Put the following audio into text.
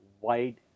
wide